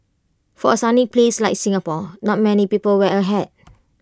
for A sunny place like Singapore not many people wear A hat